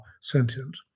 sentient